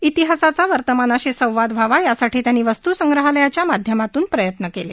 इतिहासाचा वर्तमानाशी संवाद व्हावा यासाठी त्यांनी वस्तू संग्रहालयाच्या माध्यमातून प्रयत्न केले